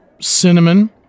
cinnamon